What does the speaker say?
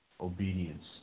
obedience